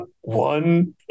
one